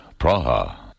Praha